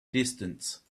distance